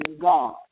God